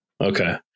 Okay